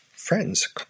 friends